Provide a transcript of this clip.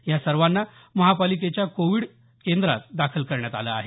या सर्वांना महापालिकेच्या कोविड सेंटरमध्ये दाखल करण्यात आलं आहे